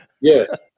Yes